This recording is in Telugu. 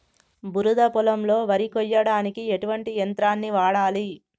బురద పొలంలో వరి కొయ్యడానికి ఎటువంటి యంత్రాన్ని వాడాలి?